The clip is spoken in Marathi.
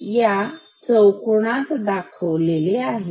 एका चौकोनात दाखवले आहे